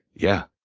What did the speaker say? yeah.